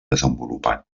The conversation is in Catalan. desenvolupat